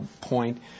point